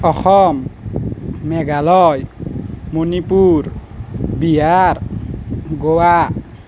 Assam Meghalaya Manipur Bihar Goa